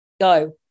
Go